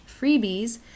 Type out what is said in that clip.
freebies